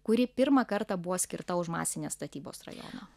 kuri pirmą kartą buvo skirta už masinės statybos rajoną